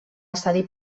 estadi